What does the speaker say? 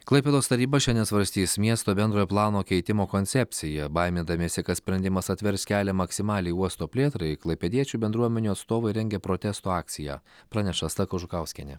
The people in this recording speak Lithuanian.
klaipėdos taryba šiandien svarstys miesto bendrojo plano keitimo koncepciją baimindamiesi kad sprendimas atvers kelią maksimaliai uosto plėtrai klaipėdiečių bendruomenių atstovai rengia protesto akciją praneša asta kažukauskienė